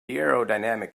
aerodynamic